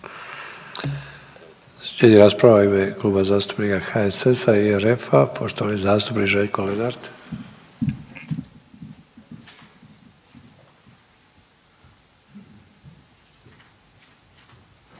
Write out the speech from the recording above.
Slijedi rasprava u ime Kluba zastupnika HSS-a i RF-a, poštovani zastupnik Željko Lenart.